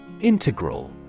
Integral